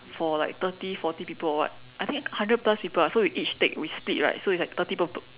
for like thirty forty people or what I think hundred plus people ah so we each take we split right so it's like thirty per per~